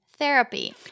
therapy